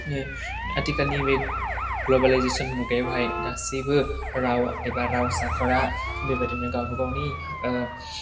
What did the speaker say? ओ आथिखालनि बे ग्ल'बेलाइजेसोन मुगायावहाय गासैबो राव एबा रावसाफोरा बेबादिनो गावबा गावनि ओ